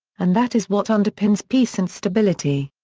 and that is what underpins peace and stability.